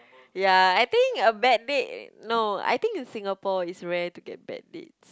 ya I think a bad date no I think in Singapore is rare to get bad date